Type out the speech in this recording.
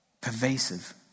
pervasive